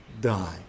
die